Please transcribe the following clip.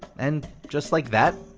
and just like that,